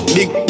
Big